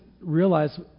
realize